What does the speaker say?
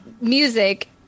music